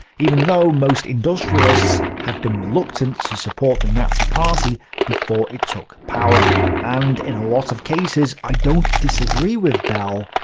even though most industrialists had been reluctant to support the nazi party before it took power. and in a lot of cases, i don't disagree with bel,